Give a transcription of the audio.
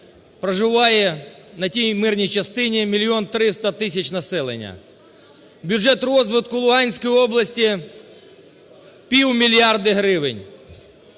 проживає на тій мирній частині мільйон 300 тисяч населення, бюджет розвитку Луганської області – півмільярда гривень.